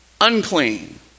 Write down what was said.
unclean